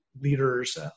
leaders